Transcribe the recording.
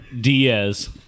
Diaz